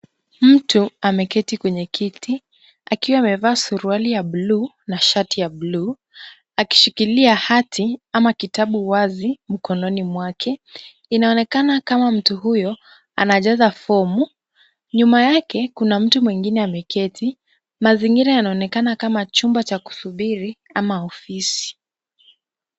Mtu, ameketi kwenye kiti, akiwa amevaa suruali ya bluu na shati ya bluu. akishikilia hati ama kitabu wazi mkononi mwake. Inaonekana kama mtu huyo anajaza fomu. Nyuma yake kuna mtu mwingine ameketi. Mazingira yanaonekana kama chumba cha kusubiri ama ofisi.